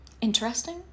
interesting